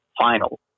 final